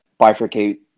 bifurcate